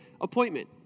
appointment